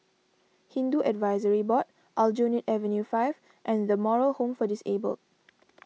Hindu Advisory Board Aljunied Avenue five and the Moral Home for Disabled